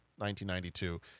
1992